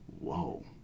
whoa